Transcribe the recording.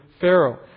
pharaoh